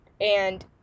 and-